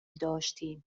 داشتیم